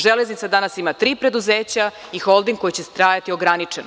Železnica danas ima tri preduzeća i holding koji će trajati ograničeno.